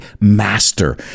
master